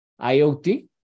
IoT